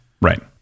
Right